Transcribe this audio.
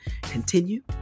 continue